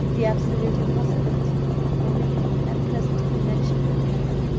the absolute impossibility of my forming at present a connexion with another,